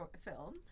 film